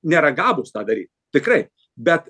nėra gabūs tą daryt tikrai bet